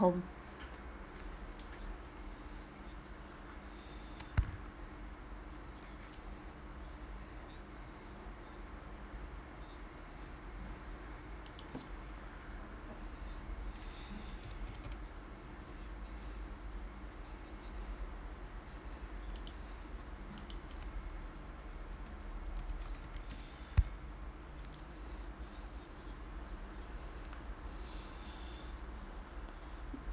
home